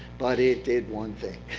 but it did one thing.